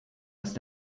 ist